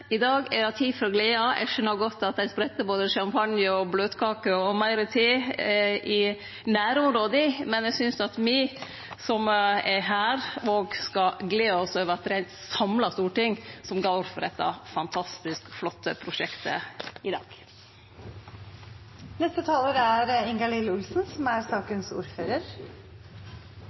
I dag er det tid for glede. Eg skjønar godt at ein spretter både champagne og blautkake og meir til i nærområda, men eg synest òg at me som er her, skal gle oss over at det er eit samla storting som går for dette fantastisk flotte prosjektet i dag. Dette er